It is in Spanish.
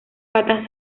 patas